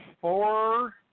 four